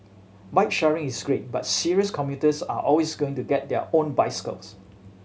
bike sharing is great but serious commuters are always going to get their own bicycles